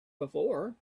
before